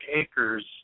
acres